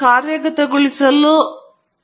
ಎರಡೂ ಸಂದರ್ಭಗಳಲ್ಲಿ ನಾನು y verses u ಯತ್ನಿಸುತ್ತಿದ್ದೇನೆ